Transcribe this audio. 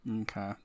Okay